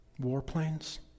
warplanes